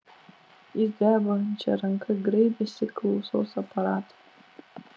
jis drebančia ranka graibėsi klausos aparato